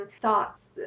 thoughts